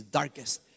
darkest